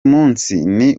umunsi